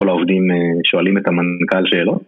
כל העובדים שואלים את המנכ״ל שאלות